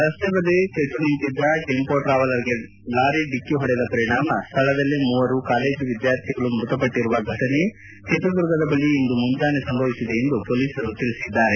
ರಸ್ತೆ ಬದಿ ಕೆಟ್ಟು ನಿಂತಿದ್ದ ಟೆಂಪೊ ಟ್ರಾವೆಲರ್ಗೆ ಲಾರಿ ಡಿಕ್ಕಿ ಹೊಡೆದ ಪರಿಣಾಮ ಸ್ಥಳದಲ್ಲೇ ಮೂವರು ಕಾಲೇಜು ವಿದ್ಯಾರ್ಥಿಗಳು ಮೃತಪಟ್ಟರುವ ಫಟನೆ ಚಿತ್ರದುರ್ಗದ ಬಳಿ ಇಂದು ಮುಂಜಾನೆ ಸಂಭವಿಸಿದೆ ಎಂದು ಪೊಲೀಸರು ತಿಳಿಸಿದ್ದಾರೆ